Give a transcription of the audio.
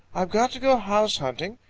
i've got to go house hunting,